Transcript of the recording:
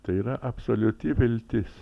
tai yra absoliuti viltis